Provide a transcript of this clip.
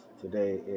today